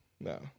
no